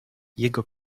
jego